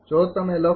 જો તમે લખો